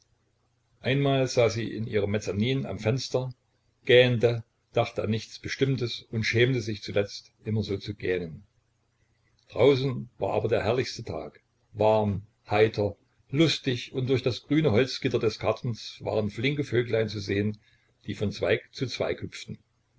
einmal saß sie in ihrem mezzanin am fenster gähnte dachte an nichts bestimmtes und schämte sich zuletzt immer so zu gähnen draußen war aber der herrlichste tag warm heiter lustig und durch das grüne holzgitter des gartens waren flinke vöglein zu sehen die von zweig zu zweig hüpften